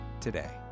today